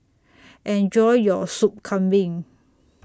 Enjoy your Sop Kambing